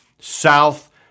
south